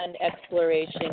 exploration